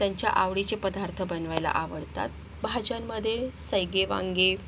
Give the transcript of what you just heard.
त्यांच्या आवडीचे पदार्थ बनवायला आवडतात भाज्यांमध्ये सैगे वांगे